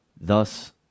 thus